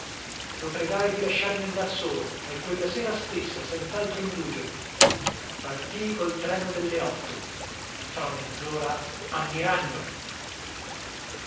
lo pregai di lasciarmi andar solo e quella sera stessa senzaltro indugio partii col treno delle otto fra